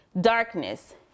darkness